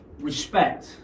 respect